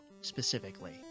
specifically